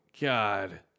God